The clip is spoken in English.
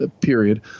Period